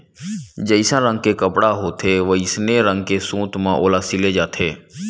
जइसन रंग के कपड़ा होथे वइसने रंग के सूत म ओला सिले जाथे